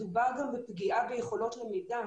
מדובר גם בפגיעה ביכולות למידה